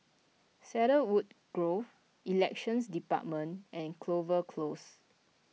Cedarwood Grove Elections Department and Clover Close